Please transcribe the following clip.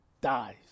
dies